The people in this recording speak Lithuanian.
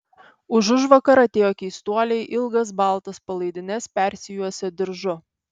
užužvakar atėjo keistuoliai ilgas baltas palaidines persijuosę diržu